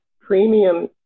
premium